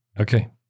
Okay